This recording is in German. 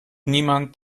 niemand